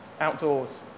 outdoors